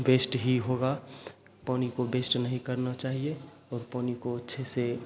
waste ही होगा पानी को वेस्ट नहीं करना चाहिए और पानी को अच्छे से